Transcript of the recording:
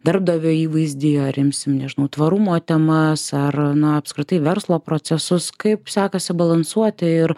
darbdavio įvaizdį ar imsim nežinau tvarumo temas ar na apskritai verslo procesus kaip sekasi balansuoti ir